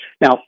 Now